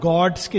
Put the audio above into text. God's